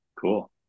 cool